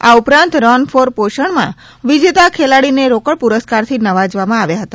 આ ઉપરાંત run for પોષણમાં વિજેતા ખેલાડીને રોકડ પુરસ્કારથી નવાજવામાં આવ્યા હતા